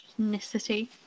ethnicity